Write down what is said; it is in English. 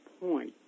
point